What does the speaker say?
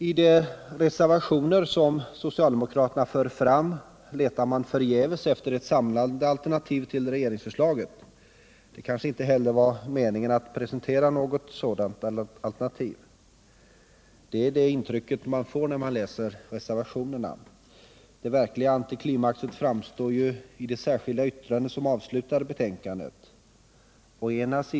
I de reservationer som socialdemokraterna för fram letar man förgäves efter ett samlat alternativ till regeringsförslaget. Det kanske inte heller var meningen att presentera något sådant alternativ — det är det intryck jag får när jag läser reservationerna. Som en verklig antiklimax framstår det särskilda yttrande som avslutar betänkandet.